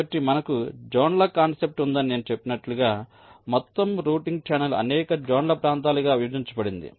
కాబట్టి మనకు జోన్ల కాన్సెప్ట్ ఉందని నేను చెప్పినట్లుగా మొత్తం రౌటింగ్ ఛానల్ అనేక జోన్ల ప్రాంతాలుగా విభజించబడింది